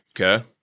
Okay